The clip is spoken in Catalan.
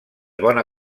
bona